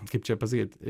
kaip čia pasakyt